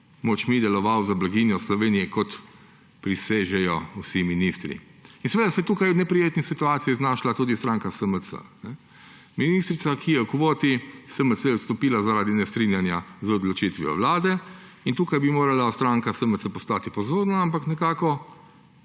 močmi deloval za blaginjo Slovenije kot prisežejo vsi ministri. In seveda se je tukaj v neprijetni situaciji znašla tudi stranka SMC. Ministrica, ki je v kvoti SMC, je odstopila zaradi nestrinjanja z odločitvijo vlade, in tukaj bi morala stranka SMC postati pozorna, ampak nekako